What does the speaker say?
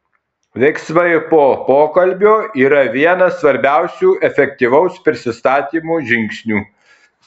veiksmai po pokalbio yra vienas svarbiausių efektyvaus prisistatymo žingsnių